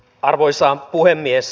arvoisa puhemies